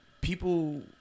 people